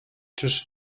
czyż